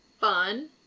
fun